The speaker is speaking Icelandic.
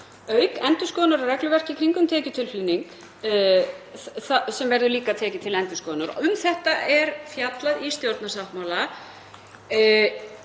auk endurskoðunar á regluverki í kringum tekjutilflutning sem verður líka tekið til endurskoðunar. Um þetta er fjallað í stjórnarsáttmála.